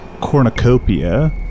cornucopia